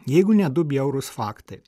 jeigu ne du bjaurūs faktai